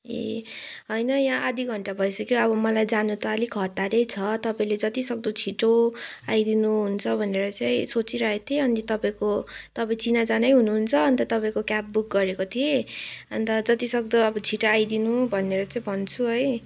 ए होइन यहाँ आधा घण्टा भइसक्यो अब मलाई जानु त अलिक हतारै छ तपाईँले जतिसक्दो छिटो आइदिनुहुन्छ भनेर चाहिँ सोचिरहेथ्येँ अनि तपाईँको तपाईँ चिनाजानै हुनुहुन्छ अन्त तपाईँको क्याब बुक गरेको थिएँ अन्त जतिसक्दो अब छिटो आइदिनु भनेर चाहिँ भन्छु है